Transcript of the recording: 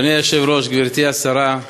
אדוני היושב-ראש, גברתי השרה,